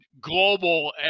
global